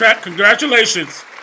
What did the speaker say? congratulations